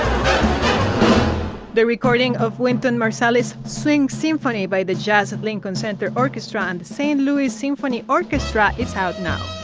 um the recording of wynton marsalis singing symphony by the jazz at lincoln center orchestra and the st. louis symphony orchestra is out now